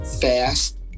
fast